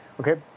Okay